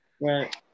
Right